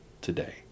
today